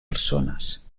persones